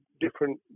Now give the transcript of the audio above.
different